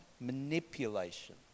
manipulation